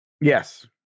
Yes